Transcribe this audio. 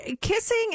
kissing